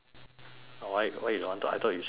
why why you don't want to I thought you say you want to swim